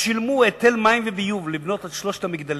שילמו היטל מים וביוב כדי לבנות את שלושת המגדלים,